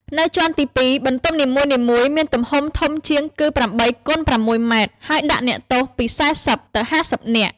នៅជាន់ទីពីរ បន្ទប់នីមួយៗ មានទំហំធំជាងគឺ៨ គុណ ៦ម៉ែត្រ ហើយដាក់អ្នកទោស ពី៤០ ទៅ៥០ នាក់ ។